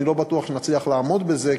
אני לא בטוח שנצליח לעמוד בזה,